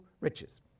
riches